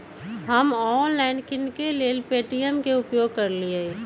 हम ऑनलाइन किनेकेँ लेल पे.टी.एम के उपयोग करइले